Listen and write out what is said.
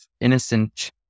innocent